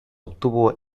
obtuvo